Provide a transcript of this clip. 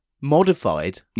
modified